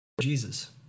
jesus